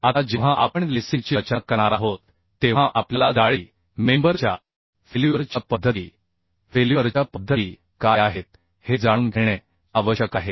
आता जेव्हा आपण लेसिंगची रचना करणार आहोत तेव्हा आपल्याला जाळी मेंबर च्या फेल्युअर च्या पद्धती फेल्युअरच्या पद्धती काय आहेत हे जाणून घेणे आवश्यक आहे